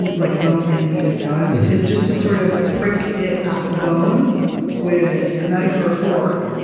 and like bone-in meat is done, is just to sort of prick it at the bone with a knife or a fork,